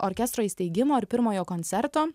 orkestro įsteigimo ir pirmojo koncerto